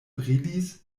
brilis